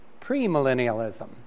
premillennialism